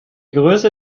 größe